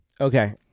Okay